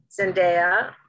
Zendaya